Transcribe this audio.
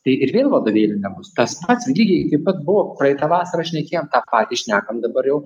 tai ir vėl vadovėlių nebus tas pats lygiai taip pat buvo praitą vasarą šnekėjom tą patį šnekam dabar jau